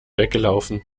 weggelaufen